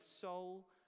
soul